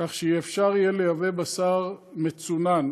כך שאפשר יהיה לייבא בשר מצונן